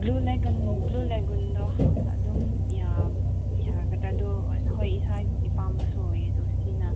blue lagoon blue ꯂꯦꯒꯨꯟꯗꯣ ꯑꯗꯨꯝ ꯌꯥꯒꯗ꯭ꯔꯥ ꯑꯗꯨ ꯍꯣꯏ ꯏꯁꯥꯒꯤ ꯑꯄꯥꯝꯕꯁꯨ ꯑꯣꯏꯌꯦ ꯑꯗꯨ ꯁꯤꯅ